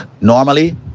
Normally